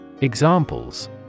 Examples